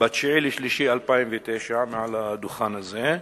ב-9 במרס 2009, מעל הדוכן הזה,